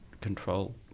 control